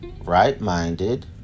Right-minded